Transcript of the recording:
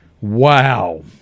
Wow